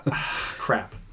Crap